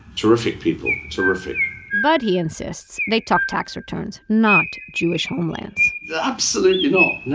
terrific people. terrific but, he insists, they talk tax returns, not jewish homelands yeah absolutely not, no.